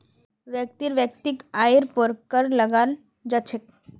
व्यक्तिर वैयक्तिक आइर पर कर लगाल जा छेक